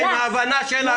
זו הבעיה עם ההבנה שלנו.